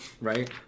right